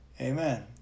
Amen